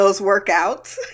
workouts